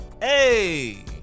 Hey